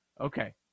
Okay